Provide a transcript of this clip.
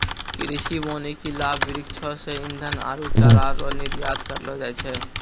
कृषि वानिकी लाभ वृक्षो से ईधन आरु चारा रो निर्यात करलो जाय छै